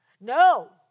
No